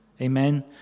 Amen